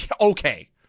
okay